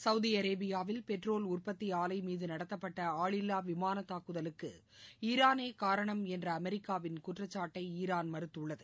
Saudi அரேபியாவில் petrol உற்பத்தி ஆலை மீது நடத்தப்பட்ட ஆளில்லா விமான தாக்குதலுக்கு ஈரானே காரணம் என்ற அமெரிக்காவின் குற்றச்சாட்டை ஈரான் மறுத்துள்ளது